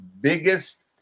biggest